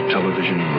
Television